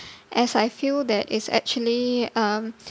as I feel that it's actually um